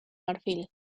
marfil